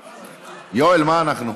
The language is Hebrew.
יואל, מה אנחנו?